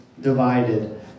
divided